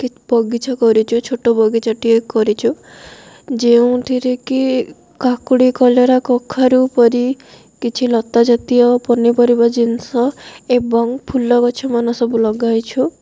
କି ବଗିଚା କରିଛୁ ଛୋଟ ବଗିଚାଟିଏ କରିଛୁ ଯେଉଁଥିରେ କି କାକୁଡ଼ି କଲେରା କଖାରୁ ପରି କିଛି ଲତା ଜାତୀୟ ପନିପରିବା ଜିନିଷ ଏବଂ ଫୁଲ ଗଛମାନ ସବୁ ଲଗାଇଛୁ